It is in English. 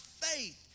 faith